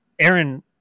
Aaron